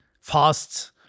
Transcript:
fast